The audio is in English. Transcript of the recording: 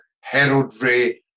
heraldry